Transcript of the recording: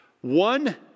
One